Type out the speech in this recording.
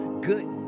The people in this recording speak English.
Good